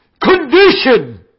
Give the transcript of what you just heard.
condition